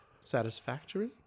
satisfactory